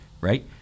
right